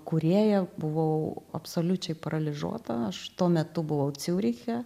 kūrėja buvau absoliučiai paralyžiuota aš tuo metu buvau ciūriche